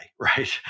right